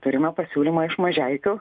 turime pasiūlymą iš mažeikių